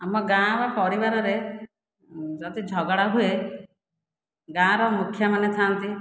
ଆମ ଗାଁ ଓ ପରିବାରରେ ଯଦି ଝଗଡ଼ା ହୁଏ ଗାଁର ମୁଖ୍ୟମାନେ ଥାଆନ୍ତି